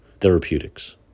therapeutics